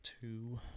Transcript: two